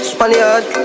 Spaniard